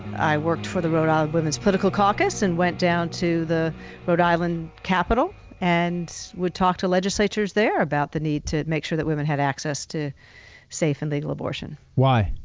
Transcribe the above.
i worked for the rhode island women's political caucus and went down to the rhode island capital and would talk to legislators there about the need to make sure that women had access to safe and legal abortion. why?